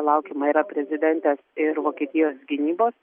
laukiama yra prezidentės ir vokietijos gynybos